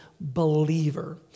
believer